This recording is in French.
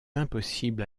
impossible